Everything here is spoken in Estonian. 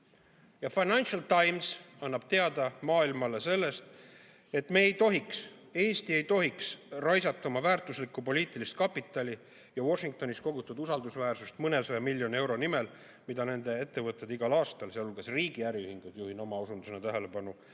Financial Times annab maailmale teada, et Eesti ei tohiks raisata oma väärtuslikku poliitilist kapitali ja Washingtonis kogutud usaldusväärsust mõnesaja miljoni euro nimel, mida nende ettevõtted, sealhulgas riigi äriühingud, juhin oma osundusena tähelepanu,